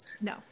no